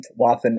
Waffen